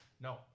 No